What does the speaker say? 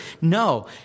No